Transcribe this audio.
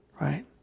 Right